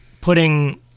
putting